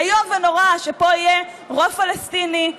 איום ונורא: שיהיה פה רוב פלסטיני,